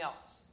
else